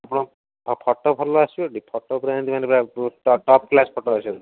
ଆପଣ ଫୋଟ ଭଲ ଆସିବଟି ଫୋଟ ପୁରା ଏମିତି ମାନେ ପୁରା ଟପ୍ କ୍ଳାସ୍ ଫୋଟ ଆସିବ